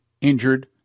injured